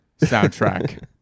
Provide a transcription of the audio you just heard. soundtrack